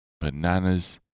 bananas